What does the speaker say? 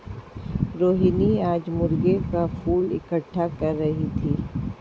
रोहिनी आज मोंगरे का फूल इकट्ठा कर रही थी